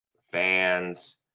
fans